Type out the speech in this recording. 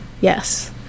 Yes